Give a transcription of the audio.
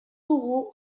dugu